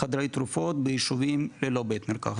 חדרי תרופות ביישובים ללא בתי מרקחת.